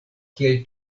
kiel